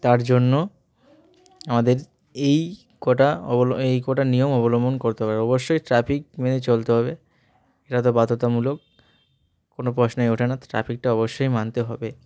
তার জন্য আমাদের এই কটা অবলম এই কটা নিয়ম অবলম্বন করতে হবে অবশ্যই ট্রাফিক মেনে চলতে হবে এটা তো বাধ্যতামূলক কোনো প্রশ্নই ওঠে না ট্রাফিকটা অবশ্যই মানতে হবে